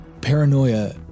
Paranoia